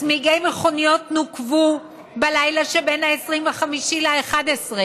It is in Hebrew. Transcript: צמיגי מכוניות נוקבו בלילה של 25 בנובמבר,